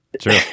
True